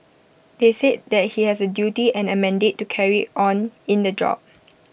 they said that he has A duty and A mandate to carry on in the job